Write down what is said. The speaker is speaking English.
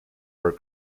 are